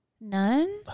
None